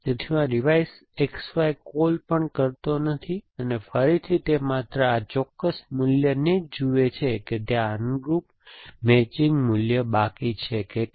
તેથી હું આ રિવાઇઝ XY કૉલ પણ કરતો નથી ફરીથી તે માત્ર આ ચોક્કસ મૂલ્યને જ જુએ છે કે ત્યાં અનુરૂપ મેચિંગ મૂલ્ય બાકી છે કે કેમ